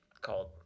called